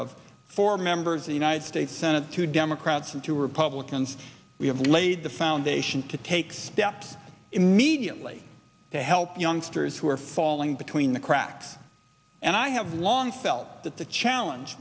of four members of the united states senate two democrats and two republicans we have laid the foundation to take steps immediately to help youngsters who are falling between the cracks and i have long felt that the challenge